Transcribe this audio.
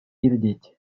иртет